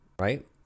Right